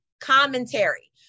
commentary